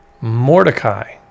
Mordecai